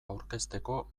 aurkezteko